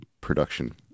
production